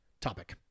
topic